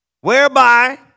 Whereby